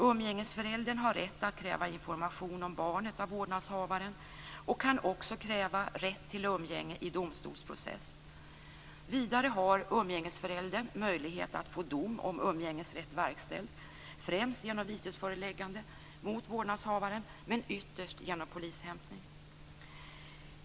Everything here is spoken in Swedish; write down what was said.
Umgängesföräldern har rätt att kräva information om barnet av vårdnadshavaren och kan också kräva rätt till umgänge i domstolsprocess. Vidare har umgängesföräldern möjlighet att få dom om umgängesrätt verkställd, främst genom vitesföreläggande mot vårdnadshavaren och ytterst genom polishämtning.